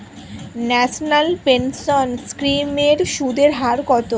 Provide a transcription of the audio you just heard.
National pension scheme এর সুদের হার কত?